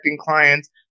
clients